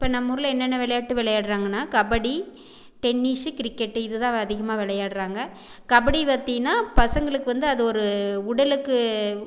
இப்போ நம்மூரில் என்னென்ன விளையாட்டு விளையாடுறாங்கன்னா கபடி டென்னிஸ்ஷு கிரிக்கெட்டு இதுதான் வெ அதிகமாக விளையாடுறாங்க கபடி வந்தின்னா பசங்களுக்கு வந்து அது ஒரு உடலுக்கு